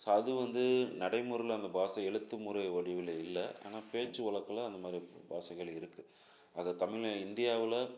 so அது வந்து நடைமுறையில் வந்த பாஷை எழுத்து முறை வடிவில் இல்லை ஆனால் பேச்சு வழக்குல அந்த மாதிரி பா பாஷைகள் இருக்குது அதை தமிழன் இந்தியாவில்